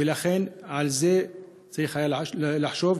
ועל זה צריך היה לחשוב,